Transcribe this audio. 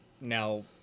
now